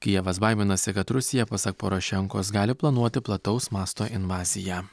kijevas baiminasi kad rusija pasak porošenkos gali planuoti plataus masto invaziją